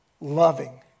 loving